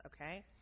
okay